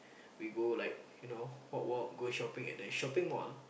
we go like you know walk walk go shopping at the shopping mall